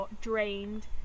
drained